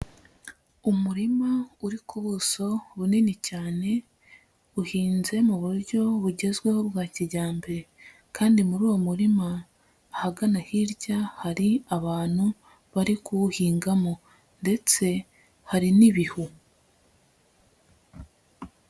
Umurima uri ku buso bunini cyane buhinze mu buryo bugezweho bwa kijyambere kandi muri uwo murima ahagana hirya hari abantu bari kuwuhingamo ndetse hari n'ibihu.